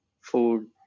food